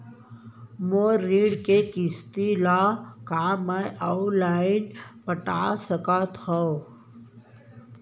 मोर ऋण के किसती ला का मैं अऊ लाइन पटा सकत हव?